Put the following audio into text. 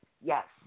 Yes